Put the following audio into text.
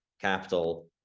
capital